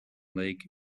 lake